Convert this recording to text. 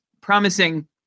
promising